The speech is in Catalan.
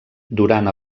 durant